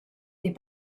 des